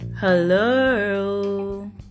hello